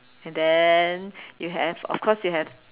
and then you have of course you have